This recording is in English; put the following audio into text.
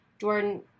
Jordan